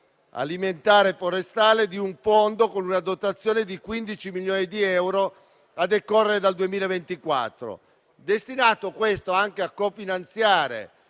alimentare e delle foreste con una dotazione di 15 milioni di euro a decorrere dal 2024, destinato anche a cofinanziare